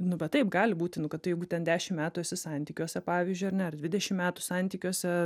nu bet taip gali būti nu kad tu jeigu ten dešim metų esi santykiuose pavyzdžiui ar ne ar dvidešim metų santykiuose